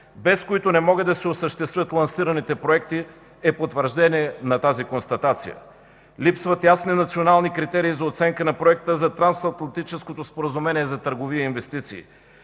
без които не могат да се осъществят лансираните проекти, е потвърждение на тази констатация. Липсват ясни национални критерии за оценка на Проекта за Трансатлантическото споразумение за търговия и инвестиции.